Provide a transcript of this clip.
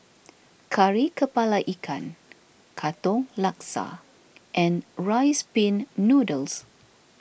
Kari Kepala Ikan Katong Laksa and Rice Pin Noodles